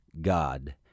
God